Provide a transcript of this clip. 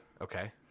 okay